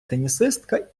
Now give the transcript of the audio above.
тенісистка